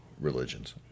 Religions